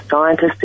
Scientists